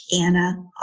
Anna